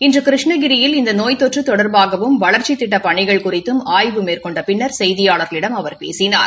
இன்று கிருஷ்ணகிரியில் இநத நோய் தொற்று தொடர்பாகவும் வளர்ச்சித் திட்டப் பனிகள் குறித்தும் ஆய்வு மேற்கொண்ட பின்னர் செய்தியாளர்களிடம் அவர் பேசினார்